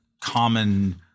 common